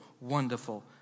wonderful